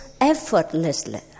effortlessly